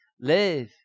Live